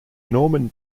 norman